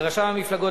לרשם המפלגות,